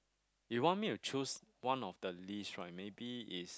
you want me to choose one of the least right maybe is